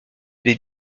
des